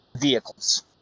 vehicles